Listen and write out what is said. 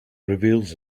reveals